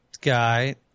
guy